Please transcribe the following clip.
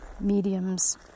Mediums